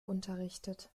unterrichtet